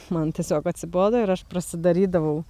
man tiesiog atsibodo ir aš prasidarydavau